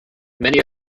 many